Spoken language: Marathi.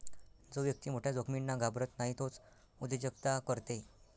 जो व्यक्ती मोठ्या जोखमींना घाबरत नाही तोच उद्योजकता करते